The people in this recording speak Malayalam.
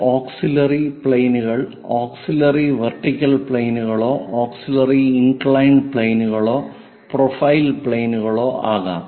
ഈ ഓക്സിലിയറി പ്ലെയിനുകൾ ഓക്സിലിയറി വെർട്ടിക്കൽ പ്ലെയിനുകളോ ഓക്സിലിയറി ഇന്ക്ളയിൻഡ് പ്ലെയിനുകളോ പ്രൊഫൈൽ പ്ലെയിനുകളോ ആകാം